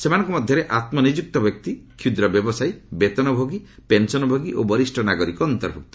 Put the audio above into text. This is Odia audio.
ସେମାନଙ୍କ ମଧ୍ୟରେ ଆତ୍ମନିଯୁକ୍ତ ବ୍ୟକ୍ତି କ୍ଷୁଦ୍ର ବ୍ୟବସାୟୀ ବେତନଭୋଗୀ ପେନ୍ସନଭୋଗୀ ଓ ବରିଷ୍ଣ ନାଗରିକ ଅନ୍ତର୍ଭୁକ୍ତ